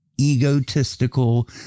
egotistical